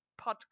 podcast